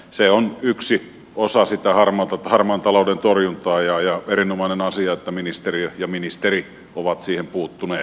se on yksi osa sitä harmaan talouden torjuntaa ja erinomainen asia että ministeriö ja ministeri ovat siihen puuttuneet